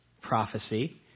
prophecy